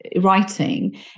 writing